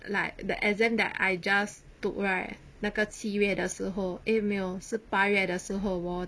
like the exam that I just took right 那个七月的时候 eh 没有是八月的时候我